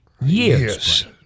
years